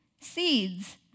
seeds